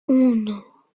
uno